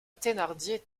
thénardier